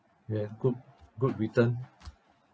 ya good good return